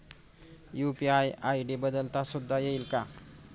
UPI ID बदलता सुद्धा येईल का?